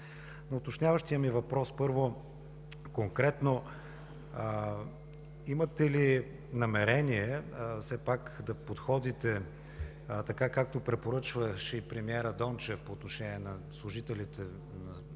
Уточняващият ми въпрос: първо, конкретно имате ли намерение все пак да подходите така, както препоръчваше премиерът Дончев по отношение на служителите,